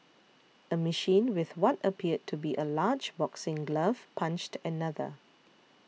a machine with what appeared to be a large boxing glove punched another